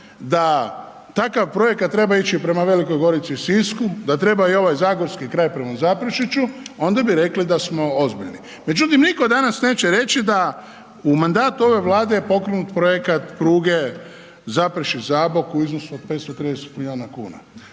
da takav projekat treba ići prema Velikoj Gorici i Sisku, da treba i ovaj zagorski kraj prema Zaprešiću, onda bi rekli da smo ozbiljni. Međutim, nitko danas neće reći da u mandatu ove Vlade je pokrenut projekat pruge Zaprešić-Zabok u iznosu od 530 milijuna kuna.